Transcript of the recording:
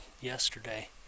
yesterday